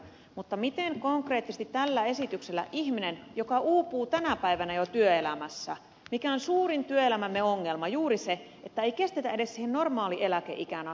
mutta miten konkreettisesti tällä esityksellä vaikutetaan siihen kun ihminen uupuu tänä päivänä jo työelämässä mikä on suurin työelämämme ongelma juuri se että ei kestetä edes siihen normaaliin eläkeikään asti